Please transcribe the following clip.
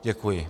Děkuji.